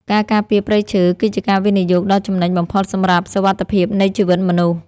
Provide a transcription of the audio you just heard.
ការការពារព្រៃឈើ គឺជាការវិនិយោគដ៏ចំណេញបំផុតសម្រាប់សុវត្ថិភាពនៃជីវិតមនុស្ស។